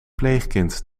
pleegkind